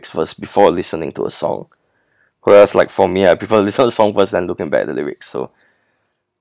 first before listening to a song whereas like for me I prefer listen song first then looking back at the lyrics so